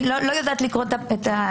אני לא יודעת לקרוא את הדרגות,